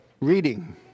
Reading